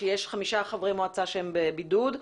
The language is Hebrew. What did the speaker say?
שיש חמישה חברי מועצה שהם בבידוד,